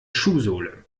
schuhsohle